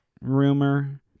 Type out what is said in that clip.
rumor